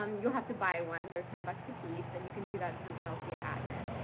um you'll have to buy one. they're ten bucks apiece, and you can do that through kelsey at admin,